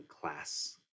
class